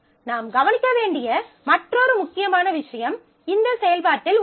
நாம் கவனிக்க வேண்டிய மற்றொரு முக்கியமான விஷயம் இந்த செயல்பாட்டில் உள்ளது